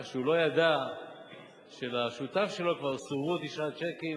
כך שהוא לא ידע שלשותף שלו כבר סורבו תשעה צ'קים,